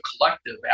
collective